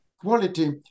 quality